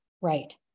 Right